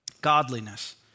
godliness